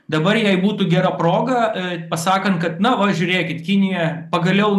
dabar jai būtų gera proga pasakant kad na o žiūrėkit kinija pagaliau